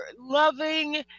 loving